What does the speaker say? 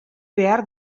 behar